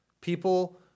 People